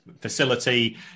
facility